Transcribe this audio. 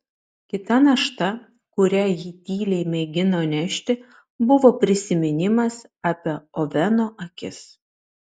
kita našta kurią ji tyliai mėgino nešti buvo prisiminimas apie oveno akis